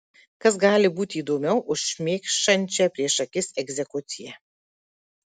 kas gali būti įdomiau už šmėkšančią prieš akis egzekuciją